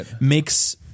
makes